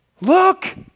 Look